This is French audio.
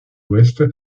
ouest